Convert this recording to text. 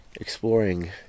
exploring